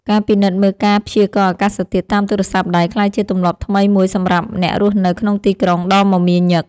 ការពិនិត្យមើលការព្យាករណ៍អាកាសធាតុតាមទូរស័ព្ទដៃក្លាយជាទម្លាប់ថ្មីមួយសម្រាប់អ្នករស់នៅក្នុងទីក្រុងដ៏មមាញឹក។